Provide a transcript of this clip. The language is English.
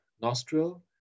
nostril